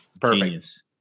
perfect